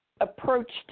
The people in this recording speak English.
approached